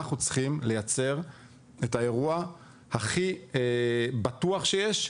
אנחנו צריכים לייצר את האירוע הכי בטוח שיש,